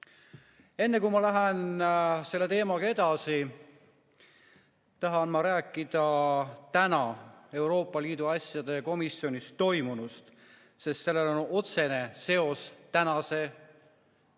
Enne, kui ma lähen selle teemaga edasi, tahan ma rääkida täna Euroopa Liidu asjade komisjonis toimunust, sest sellel on otsene seos tänase teemaga.